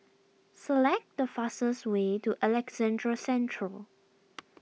select the fastest way to Alexandra Central